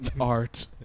art